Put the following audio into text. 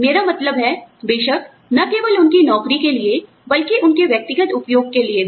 मेरा मतलब है बेशक न केवल उनकी नौकरी के लिए बल्कि उनके व्यक्तिगत उपयोग के लिए भी